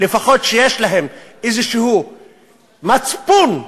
לפחות אלה שיש להם מצפון כלשהו,